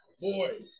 Boy